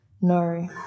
No